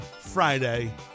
Friday